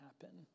happen